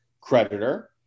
creditor